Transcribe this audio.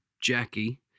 Jackie